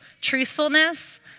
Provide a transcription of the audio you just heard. truthfulness